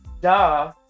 Duh